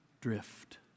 drift